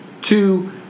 Two